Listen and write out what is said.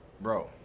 bro